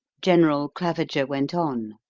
general claviger went on,